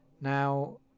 Now